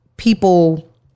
People